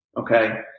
okay